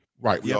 Right